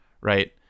Right